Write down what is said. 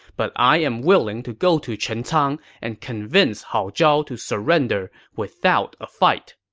but i am willing to go to chencang and convince hao zhao to surrender without a fight.